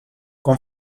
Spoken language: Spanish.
con